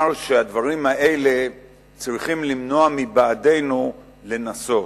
שהדברים האלה צריכים למנוע מבעדנו לנסות,